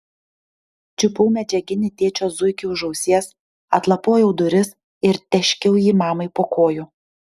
čiupau medžiaginį tėčio zuikį už ausies atlapojau duris ir tėškiau jį mamai po kojų